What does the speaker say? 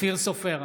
אופיר סופר,